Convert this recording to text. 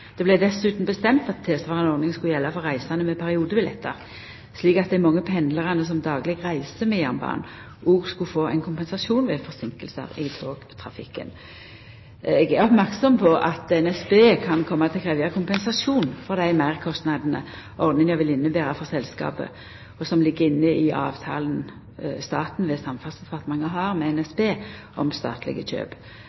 Det vart dessutan bestemt at tilsvarande ordning skulle gjelda for reisande med periodebillettar, slik at dei mange pendlarane som dagleg reiser med jernbanen, òg skulle få ein kompensasjon ved forseinkingar i togtrafikken. Eg er merksam på at NSB kan koma til å krevja kompensasjon for dei meirkostnadene ordninga vil innebera for selskapet, og som ligg inne i avtalen staten ved Samferdselsdepartementet har med